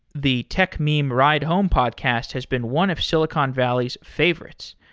the techmeme ride home podcast has been one of silicon valley's favorites.